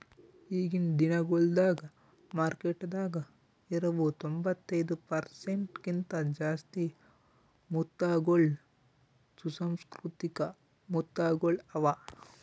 ಈಗಿನ್ ದಿನಗೊಳ್ದಾಗ್ ಮಾರ್ಕೆಟದಾಗ್ ಇರವು ತೊಂಬತ್ತೈದು ಪರ್ಸೆಂಟ್ ಕಿಂತ ಜಾಸ್ತಿ ಮುತ್ತಗೊಳ್ ಸುಸಂಸ್ಕೃತಿಕ ಮುತ್ತಗೊಳ್ ಅವಾ